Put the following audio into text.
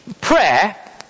Prayer